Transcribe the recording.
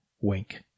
Wink